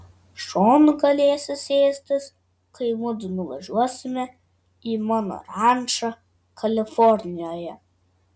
šonu galėsi sėstis kai mudu nuvažiuosime į mano rančą kalifornijoje